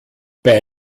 bei